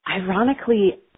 ironically